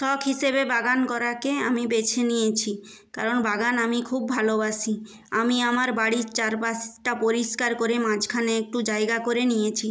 শখ হিসেবে বাগান করাকে আমি বেছে নিয়েছি কারণ বাগান আমি খুব ভালোবাসি আমি আমার বাড়ির চারপাশটা পরিষ্কার করে মাঝখানে একটু জায়গা করে নিয়েছি